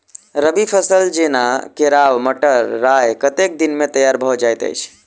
रबी फसल जेना केराव, मटर, राय कतेक दिन मे तैयार भँ जाइत अछि?